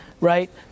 right